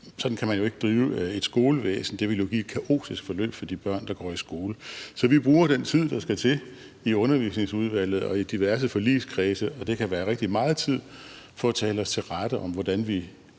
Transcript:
sådan kan man jo ikke drive et skolevæsen; det ville jo give et kaotisk forløb for de børn, der går i skole. Så vi bruger den tid, der skal til, i Uddannelsesudvalget og i diverse forligskredse, og det kan være rigtig meget tid, for at tale os til rette om, hvordan vi